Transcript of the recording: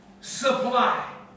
Supply